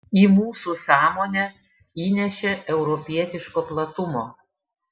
į mūsų sąmonę įnešė europietiško platumo